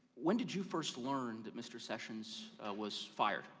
when did you first learned that mr. sessions was fired?